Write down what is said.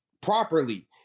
properly